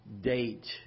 date